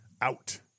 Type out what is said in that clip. out